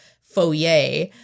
foyer